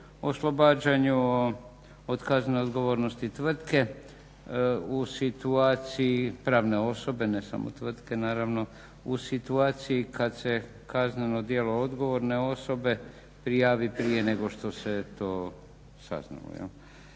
oslobađanju od kaznene odgovornosti tvrtke u situaciju znači pravne osobe ne samo tvrtke naravno u situaciji kada se kazneno djelo odgovorne osobe prijavi prije nego što se to saznalo.